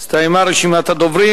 הסתיימה רשימת הדוברים.